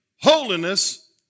holiness